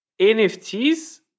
NFTs